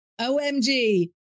OMG